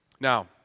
Now